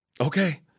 Okay